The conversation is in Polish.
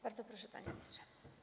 Bardzo proszę, panie ministrze.